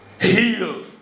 heal